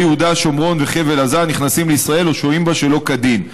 יהודה שומרון וחבל עזה הנכנסים לישראל או שוהים בה שלא כדין.